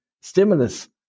stimulus